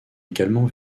également